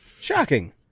Shocking